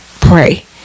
pray